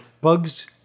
bugs